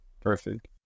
Perfect